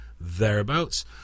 thereabouts